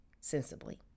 sensibly